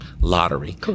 lottery